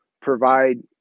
provide